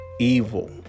Evil